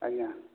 ଆଜ୍ଞା